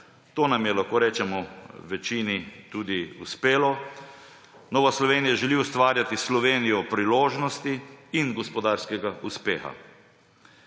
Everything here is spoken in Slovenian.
To nam je, lahko rečemo, v večini tudi uspelo. Nova Slovenija želi ustvarjati Slovenijo priložnosti in gospodarskega uspeha.